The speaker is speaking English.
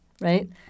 right